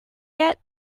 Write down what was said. yet